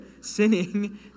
Sinning